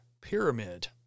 pyramid